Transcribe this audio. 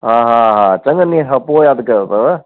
हा हा हा चङनि ॾींहनि खां पोइ यादि कयो अथव